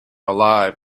alive